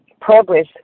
progress